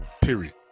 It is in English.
period